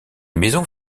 maisons